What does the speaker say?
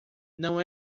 não